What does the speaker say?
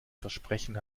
versprechen